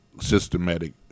systematic